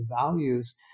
values